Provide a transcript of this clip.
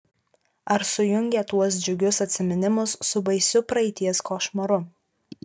ar sujungė tuos džiugius atsiminimus su baisiu praeities košmaru